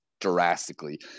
drastically